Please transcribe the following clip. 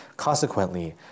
Consequently